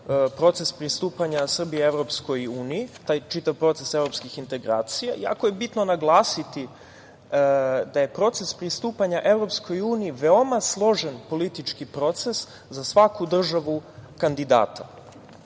proces pristupanja Srbije EU, taj čitav proces evropskih integracija. Jako je bitno naglasiti da je proces pristupanja EU veoma složen politički proces za svaku državu kandidata. Početak